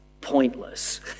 pointless